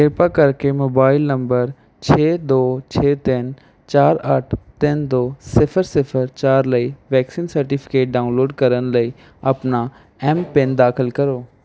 ਕਿਰਪਾ ਕਰਕੇ mobile number ਛੇ ਦੋ ਛੇ ਤਿੰਨ ਚਾਰ ਅੱਠ ਤਿੰਨ ਦੋ ਸਿਫ਼ਰ ਸਿਫ਼ਰ ਚਾਰ ਲਈ ਵੈਕਸੀਨ ਸਰਟੀਫਿਕੇਟ ਡਾਊਨਲੋਡ ਕਰਨ ਲਈ ਆਪਣਾ ਐੱਮ ਪਿੰਨ ਦਾਖਲ ਕਰੋ